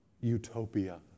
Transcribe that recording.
utopia